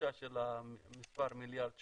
הקדושה של המספר מיליארד שקלים?